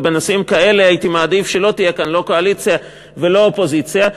ובנושאים כאלה הייתי מעדיף שלא תהיה כאן לא קואליציה ולא אופוזיציה.